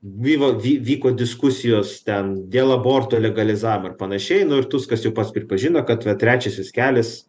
vyvo vy vyko diskusijos ten dėl aborto legalizavimo ir panašiai nu ir tuskas jau pats pripažino kad vat trečiasis kelias